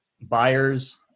buyers